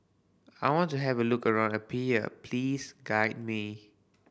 I want to have a look around Apia please guide me